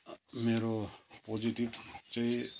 मेरो पोजिटिभ चाहिँ